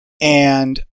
And-